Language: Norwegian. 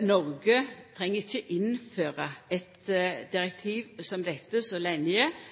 Noreg treng ikkje innføra eit direktiv som dette